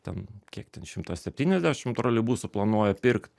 ten kiek ten šimtas septyniasdešim troleibusų planuoja pirkt